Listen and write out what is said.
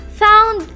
found